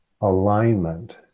alignment